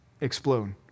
explode